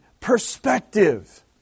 perspective